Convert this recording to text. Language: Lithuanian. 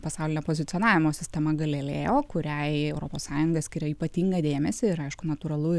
pasaulinė pozicionavimo sistema galilėjo kuriai europos sąjunga skiria ypatingą dėmesį ir aišku natūralu